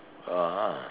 (uh huh)